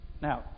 Now